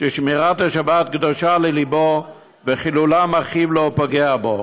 ששמירת השבת קדושה לליבו וחילולה מכאיב לו ופוגע בו.